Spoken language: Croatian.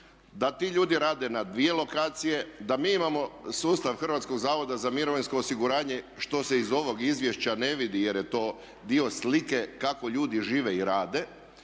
Da ti ljudi rade na dvije lokacije, da mi imamo sustav Hrvatskog zavoda za mirovinsko osiguranje što se iz ovog izvješća ne vidi jer je to dio slike kako ljudi žive i rade,